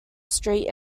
street